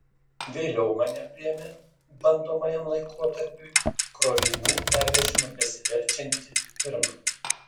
vėliau mane priėmė bandomajam laikotarpiui krovinių pervežimu besiverčianti firma